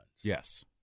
Yes